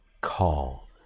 call